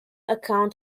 account